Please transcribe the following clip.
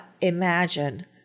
imagine